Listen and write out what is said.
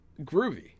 Groovy